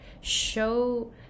show